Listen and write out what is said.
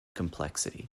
complexity